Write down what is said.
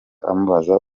amubaza